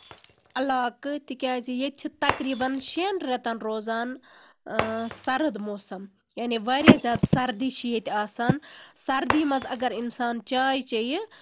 علاقعہٕ تِکیازِ ییٚتہِ چھِ تَقریٖبَاً شیٚن رٮ۪تَن روزان سَرٕد موسَم ینعی واریاہ زیادٕ سَردی چھِ ییٚتہِ آسان سَردی منٛز اَگر اِنسان چاے چیٚیہِ